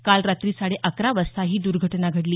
काल रात्री साडे अकरा वाजता ही दुर्घटना घडली